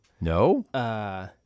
no